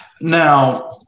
Now